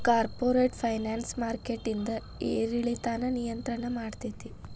corporate finance ಮಾರ್ಕೆಟಿಂದ್ ಏರಿಳಿತಾನ ನಿಯಂತ್ರಣ ಮಾಡ್ತೇತಿ